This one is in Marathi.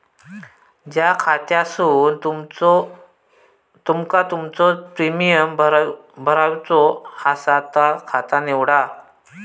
ज्या खात्यासून तुमका तुमचो प्रीमियम भरायचो आसा ता खाता निवडा